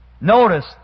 Notice